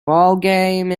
ballgame